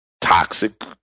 toxic